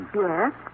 Yes